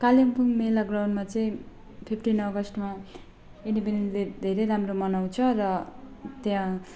कालिम्पोङ मेला ग्राउन्डमा चाहिँ फिफ्टिन अगस्टमा इन्डिपेन्डेन्स डे धेरै राम्रो मनाउँछ र त्यहाँ